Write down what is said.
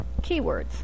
keywords